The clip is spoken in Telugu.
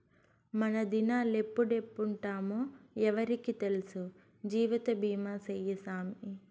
మనదినాలెప్పుడెప్పుంటామో ఎవ్వురికి తెల్సు, జీవితబీమా సేయ్యి సామీ